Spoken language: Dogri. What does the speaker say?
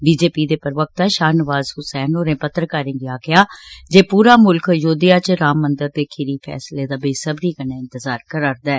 बी जे पी दे प्रवक्ता शाह नवाज हुसैन होरें पत्रकारें गी आक्खेआ जे पूरा मुल्ख अयोध्या च राममंदर दे खीरी फैसले दा बेसब्री कन्नै इंतजार करारदा ऐ